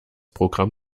programm